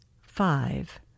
Five